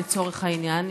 לצורך העניין,